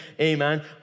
amen